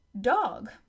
Dog